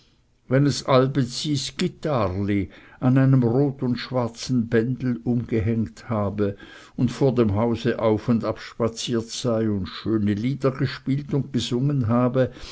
wenn es allbets sys gitarrli an einem rot und schwarzen bändel umgehängt habe und vor dem hause auf und ab spaziert sei und schöne lieder gespielt und gesungen habe